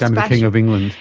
and king of england?